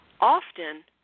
often